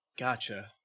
Gotcha